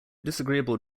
disagreeable